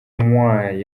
moi